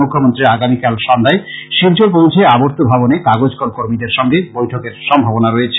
মুখ্যমন্ত্রী আগামীকাল সন্ধ্যায় শিলচর পৌছে আবর্ত ভবনে কাগজকল কর্মীদের সঙ্গে বৈঠকের সম্ভাবনা রয়েছে